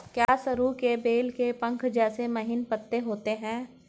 क्या सरु के बेल के पंख जैसे महीन पत्ते होते हैं?